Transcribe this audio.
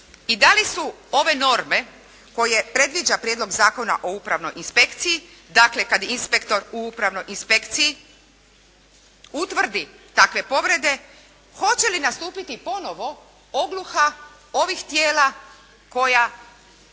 i da li su ove norme koje predviđa Prijedlog zakona o upravnoj inspekciji, dakle kad inspektor u upravnoj inspekciji utvrdi takve povrede, hoće li nastupiti ponovo ogluha ovih tijela koja